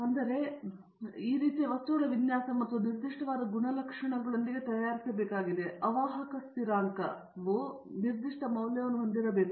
ಆದ್ದರಿಂದ ಈ ರೀತಿಯ ವಸ್ತುಗಳ ವಿನ್ಯಾಸ ಮತ್ತು ನಿರ್ದಿಷ್ಟವಾದ ಗುಣಲಕ್ಷಣಗಳೊಂದಿಗೆ ತಯಾರಿಸಬೇಕಾಗಿದೆ ಅವಾಹಕ ಸ್ಥಿರಾಂಕವು ನಿರ್ದಿಷ್ಟ ಮೌಲ್ಯವನ್ನು ಹೊಂದಿರಬೇಕು